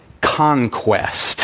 conquest